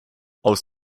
aus